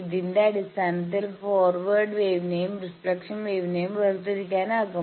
ഇതിന്റെ അടിസ്ഥാനത്തിൽ ഫോർവേഡ് വേവ്നെയും റിഫ്ലക്ഷൻ വേവ്നെയും വേർതിരിക്കാനാകും